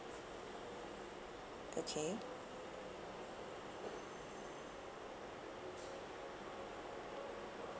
okay